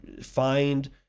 find